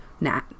Nat